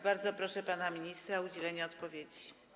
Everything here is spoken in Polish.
Bardzo proszę pana ministra o udzielenie odpowiedzi.